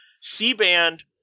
c-band